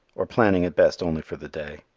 or planning at best only for the day.